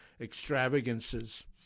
extravagances